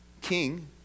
king